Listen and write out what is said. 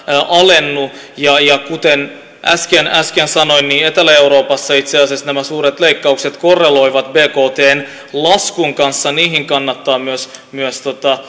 alennu kuten äsken sanoin etelä euroopassa itse asiassa nämä suuret leikkaukset korreloivat bktn laskun kanssa niihin kannattaa myös myös